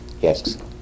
Yes